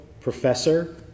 Professor